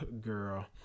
girl